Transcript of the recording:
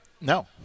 No